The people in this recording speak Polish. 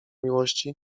miłości